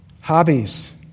Hobbies